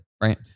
Right